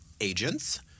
agents